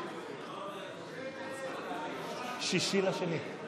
לכן אני קובע כי ההסתייגות נדחתה.